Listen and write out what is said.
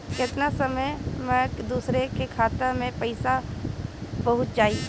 केतना समय मं दूसरे के खाता मे पईसा पहुंच जाई?